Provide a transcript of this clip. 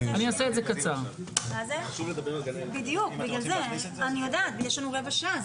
כי גם שם יש את אותה מצוקה לגנים הפרטיים,